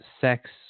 sex